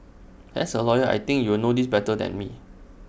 as A lawyer I think you will know this better than me